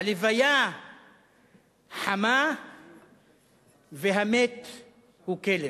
הלוויה חמה והמת הוא כלב.